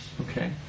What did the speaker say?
Okay